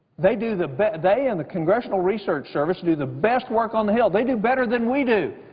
they do the but they and the congressional research service do the best work on the hill. they do better than we do.